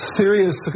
serious